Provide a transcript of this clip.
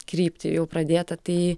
kryptį jau pradėtą tai